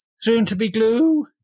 soon-to-be-glue